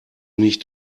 nicht